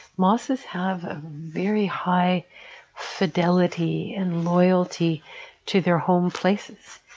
mosses have very high fidelity and loyalty to their home places,